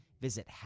Visit